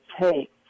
take